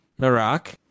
Narak